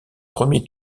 premier